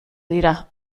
dira